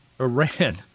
Iran